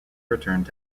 returned